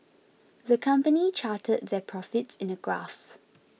the company charted their profits in a graph